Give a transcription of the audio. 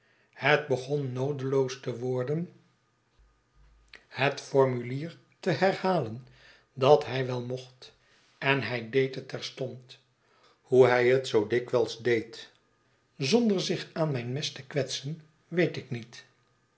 dat hij wel mocht en hij deed het terstond hoe hij het zoo dikwijls deed zonder zich aan mijn mes te kwetsen weet ik niet